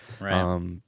Right